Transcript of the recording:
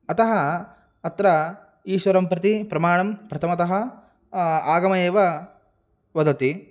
अतः अत्र ईश्वरं प्रति प्रमाणं प्रथमतः आगमः एव वदति